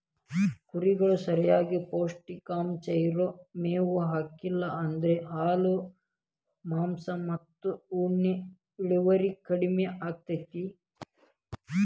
ಕುರಿಗಳಿಗೆ ಸರಿಯಾಗಿ ಪೌಷ್ಟಿಕಾಂಶ ಇರೋ ಮೇವ್ ಹಾಕ್ಲಿಲ್ಲ ಅಂದ್ರ ಹಾಲು ಮಾಂಸ ಮತ್ತ ಉಣ್ಣೆ ಇಳುವರಿ ಕಡಿಮಿ ಆಕ್ಕೆತಿ